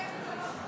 מתבייש?